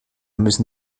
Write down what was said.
müssen